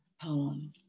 poem